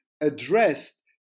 addressed